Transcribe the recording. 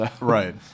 Right